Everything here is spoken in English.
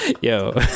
Yo